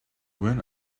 when